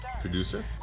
producer